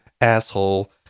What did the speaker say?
asshole